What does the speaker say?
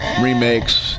remakes